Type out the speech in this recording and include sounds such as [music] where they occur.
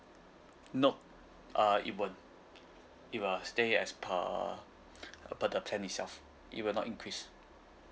nop uh it will it will stay as per [breath] per the plane itself it will not increase